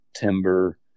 timber